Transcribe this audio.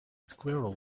squirrel